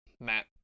Matt